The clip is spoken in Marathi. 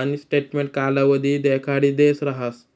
आणि स्टेटमेंट कालावधी देखाडिदेल राहस